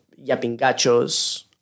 yapingachos